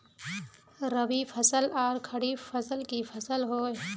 रवि फसल आर खरीफ फसल की फसल होय?